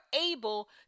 able